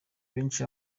benshi